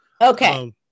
Okay